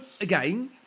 again